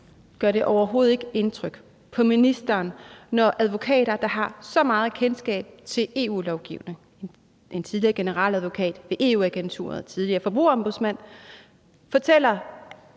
Gør det overhovedet ikke indtryk på ministeren, når advokater, der har så meget kendskab til EU-lovgivningen – en tidligere generaladvokat ved EU-agenturet, en tidligere forbrugerombudsmand – kommer